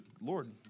Lord